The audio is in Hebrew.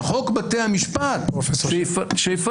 חוק בתי המשפט שיפרט.